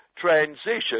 transition